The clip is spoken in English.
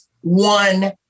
one